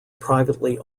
privately